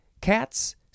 cats